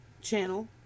channel